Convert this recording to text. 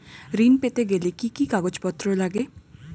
ঋণ পেতে গেলে কি কি কাগজপত্র লাগে?